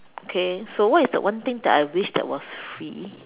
okay so what is the one thing that I wish that was free